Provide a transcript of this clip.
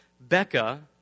Becca